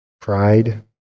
pride